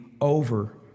over